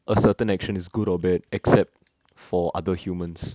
a certain action is good or bad except for other humans